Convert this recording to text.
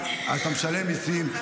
אתה משלם מיסים.